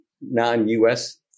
non-US